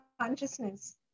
consciousness